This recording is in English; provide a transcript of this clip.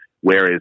whereas